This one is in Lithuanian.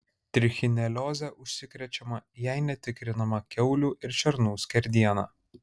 trichinelioze užsikrečiama jei netikrinama kiaulių ir šernų skerdiena